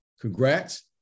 Congrats